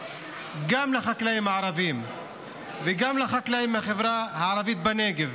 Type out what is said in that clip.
גם על החקלאים הערבים וגם על החקלאים מהחברה הערבית בנגב,